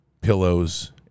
pillows